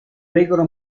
regola